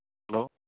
hello